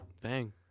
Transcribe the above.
Bang